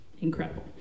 incredible